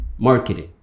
marketing